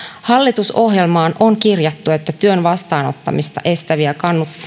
hallitusohjelmaan on kirjattu että työn vastaanottamista estäviä